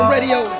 Radio